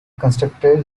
constructed